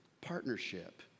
partnership